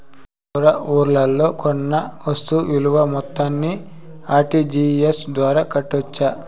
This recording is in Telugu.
దూర ఊర్లలో కొన్న వస్తు విలువ మొత్తాన్ని ఆర్.టి.జి.ఎస్ ద్వారా కట్టొచ్చా?